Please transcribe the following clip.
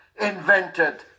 invented